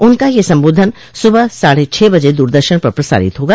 उनका यह संबोधन सुबह साढ़े छह बजे दूरदर्शन पर प्रसारित होगा